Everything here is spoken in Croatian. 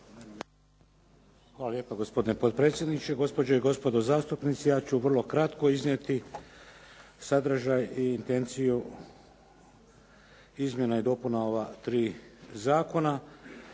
Hvala lijepa gospodine potpredsjedniče, gospođe i gospodo zastupnici, ja ću vrlo kratko iznijeti sadržaj i intenciju Izmjena i dopuna ova tri zakona.